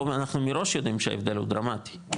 פה אנחנו מראש יודעים שההבדל הוא דרמטי,